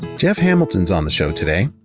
jeff hamilton's on the show today.